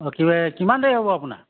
অঁ কিবা এই কিমান দেৰি হ'ব আপোনাৰ